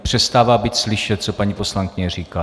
Přestává být slyšet, co paní poslankyně říká.